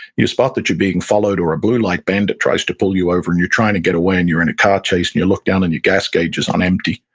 you spot that you're being followed or a blue light bandit tries to pull you over, and you're trying to get away and you're in a car chase, and you look down and your gas gauge is on empty.